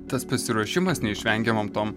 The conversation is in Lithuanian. tas pasiruošimas neišvengiamom tom